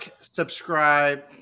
subscribe